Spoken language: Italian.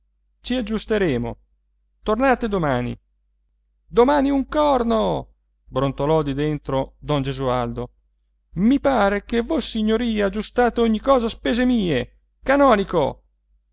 terra ci aggiusteremo tornate domani domani un corno brontolò di dentro don esualdo i pare che vossignoria aggiustate ogni cosa a spese mie canonico